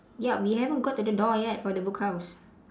yup we haven't got to the door yet for the book house